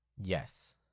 Yes